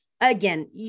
Again